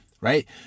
right